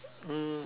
um